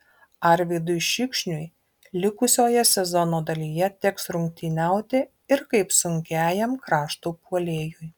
arvydui šikšniui likusioje sezono dalyje teks rungtyniauti ir kaip sunkiajam krašto puolėjui